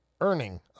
Earning